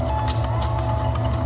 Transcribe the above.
or